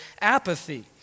apathy